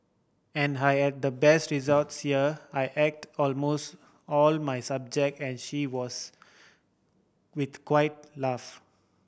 and I the best results here I aced almost all my subject and she was with quiet laugh